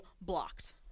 blocked